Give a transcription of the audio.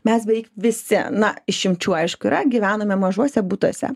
mes beveik visi na išimčių aišku yra gyvenome mažuose butuose